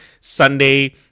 Sunday